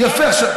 יש קורסים.